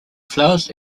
flowers